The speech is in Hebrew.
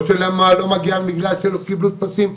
או שלא מגיע בגלל שלא קיבלו טפסים.